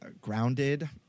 grounded